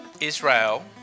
Israel